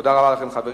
תודה רבה לכם, חברים.